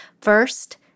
First